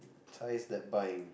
ties that bind